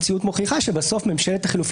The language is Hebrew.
המציאות מוכיחה שבסוף ממשלת החילופים